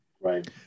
Right